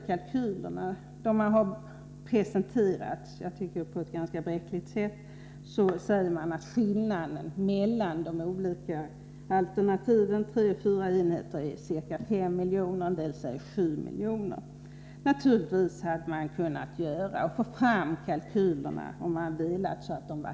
Kalkylerna tycker jag har presenterats på ett undermåligt sätt. Man säger att skillnaden mellan de olika alternativen — tre eller fyra enheter — är ca 5 miljoner, en del säger 7 miljoner. Naturligtvis hade man kunnat få fram kalkyler som var helt likvärdiga.